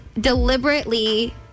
deliberately